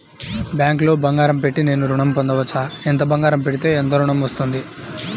బ్యాంక్లో బంగారం పెట్టి నేను ఋణం పొందవచ్చా? ఎంత బంగారం పెడితే ఎంత ఋణం వస్తుంది?